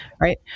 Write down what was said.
Right